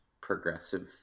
progressive